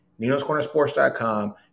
ninoscornersports.com